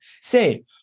say